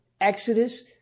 Exodus